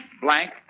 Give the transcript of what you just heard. blank